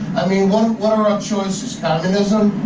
i mean what what are our choices? communism?